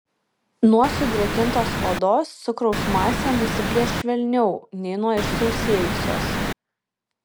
nuo sudrėkintos odos cukraus masė nusiplėš švelniau nei nuo išsausėjusios